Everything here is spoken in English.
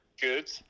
Good